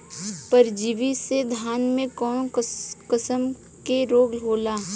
परजीवी से धान में कऊन कसम के रोग होला?